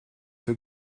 für